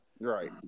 Right